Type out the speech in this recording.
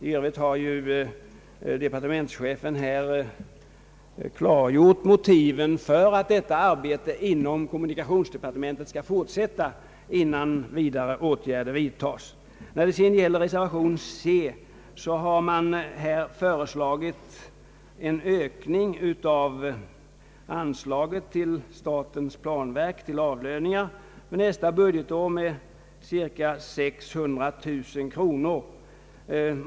I övrigt har ju departementschefen här klargjort motiven för att detta arbete inom kommunikationsdepartementet skall fortsättas, innan vidare åtgärder vidtages. I reservation ce har föreslagits en ökning av anslaget till statens planverk till avlöningar för nästa budgetår med cirka 300 000 kronor.